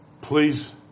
please